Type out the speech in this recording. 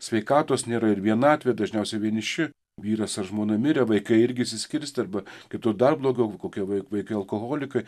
sveikatos nėra ir vienatvė dažniausiai vieniši vyras ar žmona mirę vaikai irgi išsiskirstę arba kitur dar blogiau kokie vai vaikai alkoholikai